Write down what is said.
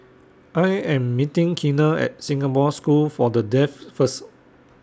I Am meeting Keena At Singapore School For The Deaf First